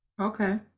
Okay